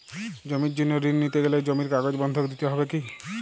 জমির জন্য ঋন নিতে গেলে জমির কাগজ বন্ধক দিতে হবে কি?